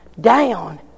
down